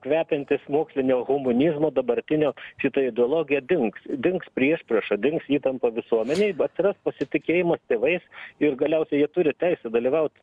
kvepiantys mokslinio homunizmo dabartinio šita ideologija dings dings priešprieša dings įtampa visuomenėj atsiras pasitikėjimas tėvais ir galiausiai jie turi teisę dalyvaut